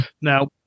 Now